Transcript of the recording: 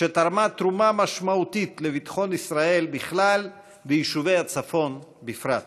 שתרמה תרומה משמעותית לביטחון ישראל בכלל ויישובי הצפון בפרט.